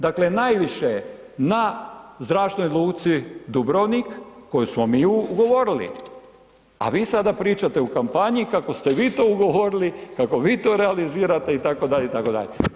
Dakle najviše na Zračnoj luci Dubrovnik koju smo ugovorili a vi sada pričate u kampanji kako ste vi to ugovorili, kako vi to realizirate itd., itd.